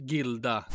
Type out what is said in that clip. Gilda